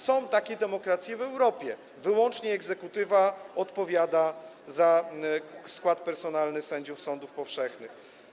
Są takie demokracje w Europie, gdzie wyłącznie egzekutywa odpowiada za skład personalny sędziów sądów powszechnych.